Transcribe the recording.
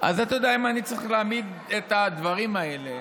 אם אני צריך להעמיד את הדברים האלה